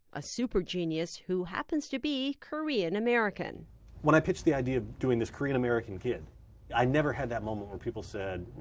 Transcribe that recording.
a super genius who happens to be korean american when i pitched the idea of doing this korean american kid i never had that moment where people said,